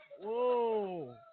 Whoa